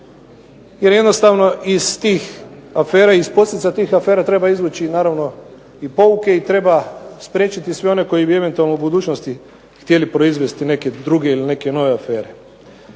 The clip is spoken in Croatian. jer jednostavno iz tih afera i iz posljedica tih afera treba izvući naravno i pouke i treba spriječiti sve one koji bi eventualno u budućnosti htjeli proizvesti neke druge ili neke nove afere.